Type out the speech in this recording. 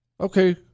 okay